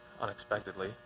unexpectedly